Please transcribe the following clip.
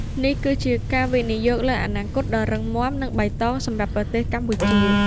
នេះគឺជាការវិនិយោគលើអនាគតដ៏រឹងមាំនិងបៃតងសម្រាប់ប្រទេសកម្ពុជា។